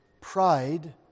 pride